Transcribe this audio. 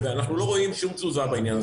ואנחנו לא רואים שום תזוזה בעניין.